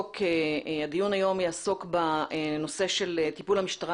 הדיון היום יעסוק בנושא של טיפול המשטרה